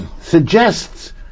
suggests